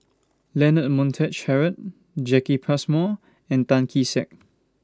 Leonard Montague Harrod Jacki Passmore and Tan Kee Sek